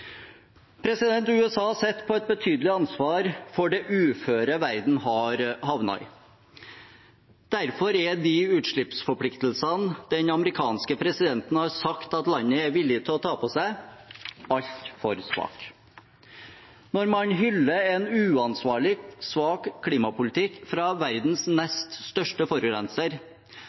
USA sitter på et betydelig ansvar for det uføret verden har havnet i. Derfor er de utslippsforpliktelsene den amerikanske presidenten har sagt at landet er villig til å ta på seg, altfor svake. Når man hyller en uansvarlig svak klimapolitikk fra verdens nest største forurenser,